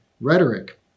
rhetoric